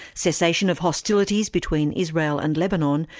cessation of hostilities between israel and lebanon,